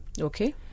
Okay